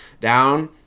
down